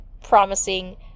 promising